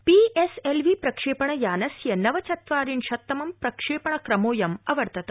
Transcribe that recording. P S L V प्रक्षण्णियानस्य नवचत्वरिशत्तमं प्रक्षण्णिक्रमोऽयम् अवर्तत